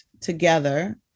together